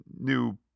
new